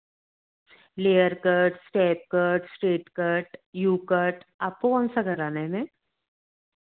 layer cut step cut straight cut U cut आपको कोन सा कटाने है मेम